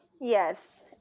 yes